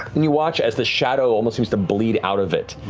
and you watch as the shadow almost seems to bleed out of it.